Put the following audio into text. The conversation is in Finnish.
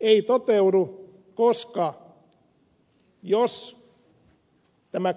ei toteudu koska jos tämä